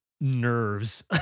nerves